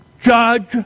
judge